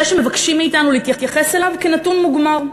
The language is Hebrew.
זה מה שמבקשים מאתנו להתייחס אליו כאל נתון מוגמר.